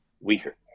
weaker